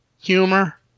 humor